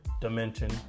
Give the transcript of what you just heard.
dimension